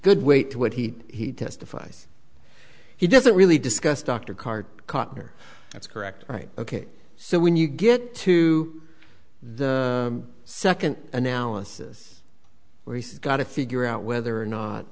good weight to what he testifies he doesn't really discuss dr cart cotner that's correct right ok so when you get to the second analysis where he's got to figure out whether or not